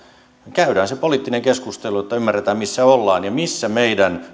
käydään se poliittinen keskustelu että ymmärretään missä ollaan ja missä meidän